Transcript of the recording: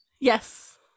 Yes